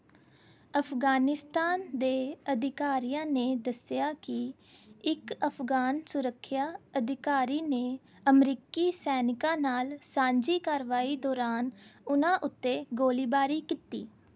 ਅਫ਼ਗ਼ਾਨਿਸਤਾਨ ਦੇ ਅਧਿਕਾਰੀਆਂ ਨੇ ਦੱਸਿਆ ਕਿ ਇੱਕ ਅਫ਼ਗ਼ਾਨ ਸੁਰੱਖਿਆ ਅਧਿਕਾਰੀ ਨੇ ਅਮਰੀਕੀ ਸੈਨਿਕਾਂ ਨਾਲ ਸਾਂਝੀ ਕਾਰਵਾਈ ਦੌਰਾਨ ਉਨ੍ਹਾਂ ਉੱਤੇ ਗੋਲੀਬਾਰੀ ਕੀਤੀ